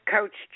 Coach